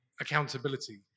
accountability